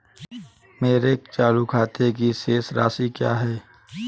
मेरे चालू खाते की शेष राशि क्या है?